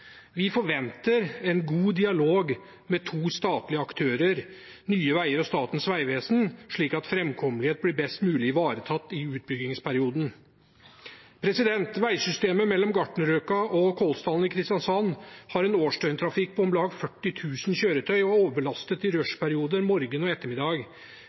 Vi forventer en god dialog med to statlige aktører, Nye Veier og Statens vegvesen, slik at framkommeligheten blir best mulig ivaretatt i utbyggingsperioden. Veisystemet mellom Gartnerløkka og Kolsdalen i Kristiansand har en årsdøgntrafikk på om lag 40 000 kjøretøy og er overbelastet i rushperioder morgen og ettermiddag.